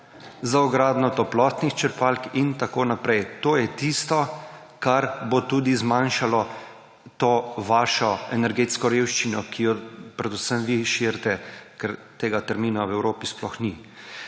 za vgradnjo toplotnih črpalk in tako naprej. To je tisto, kar bo tudi zmanjšalo to vašo energetsko revščino, ki jo predvsem vi širite, ker tega tęrmina v Evropi sploh ni.